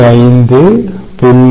5 0